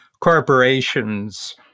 corporations